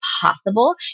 possible